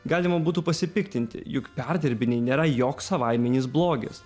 galima būtų pasipiktinti juk perdirbiniai nėra joks savaiminis blogis